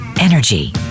energy